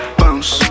bounce